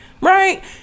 right